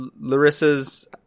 Larissa's